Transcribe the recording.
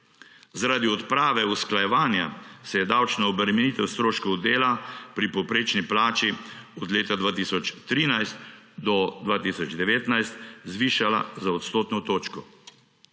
Zaradi odprave usklajevanja se je davčna obremenitev stroškov dela pri povprečni plači od leta 2013 do 2019 zvišala za odstotno točko.